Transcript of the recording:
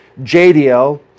JDL